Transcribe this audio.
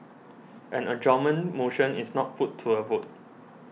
an adjournment motion is not put to a vote